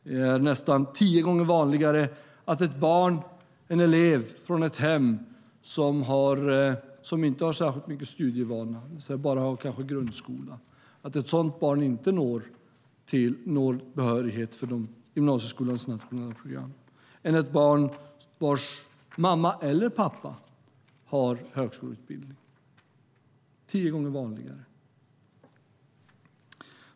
Det är nästan tio gånger vanligare att ett barn från ett hem där man inte har särskilt mycket studievana, kanske har bara grundskola, inte når behörighet för gymnasieskolans nationella program än att ett barn vars mamma eller pappa har högskoleutbildning inte gör det. Det är tio gånger vanligare.